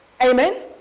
Amen